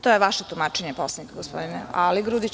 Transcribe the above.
To je vaše tumačenje Poslovnika, gospodine Aligrudiću.